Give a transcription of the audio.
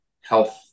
health